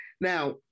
Now